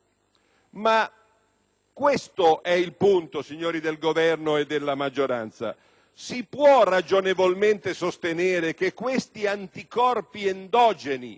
Ma questo è il punto, signori del Governo e della maggioranza: si può ragionevolmente sostenere che questi anticorpi endogeni,